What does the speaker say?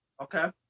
Okay